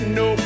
no